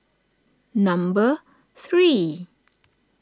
number three